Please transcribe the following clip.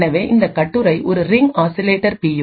எனவே இந்த கட்டுரை ஒரு ரிங் ஆசிலேட்டர் பி